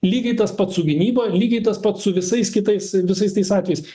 lygiai tas pats su gynyba lygiai tas pats su visais kitais visais tais atvejais